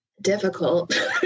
difficult